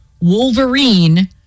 wolverine